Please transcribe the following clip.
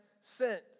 sent